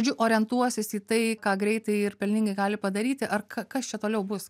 žodžiu orientuosis į tai ką greitai ir pelningai gali padaryti ar kas čia toliau bus